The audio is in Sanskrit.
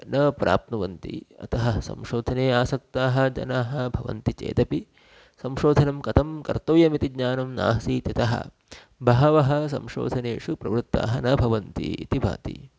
न प्राप्नुवन्ति अतः संशोधने आसक्ताः जनाः भवन्ति चेदपि संशोधनं कथं कर्तव्यम् इति ज्ञानं नासीत् यतः बहवः संशोधनेषु प्रवृत्ताः न भवन्ति इति भाति